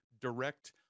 direct